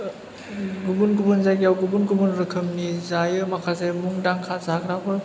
गुबुन गुबुन जायगायाव गुबुन गुबुन रोखोमनि जायो माखासे मुंदांखा जाग्राफोर